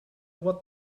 what